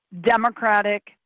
Democratic